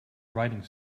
writing